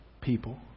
people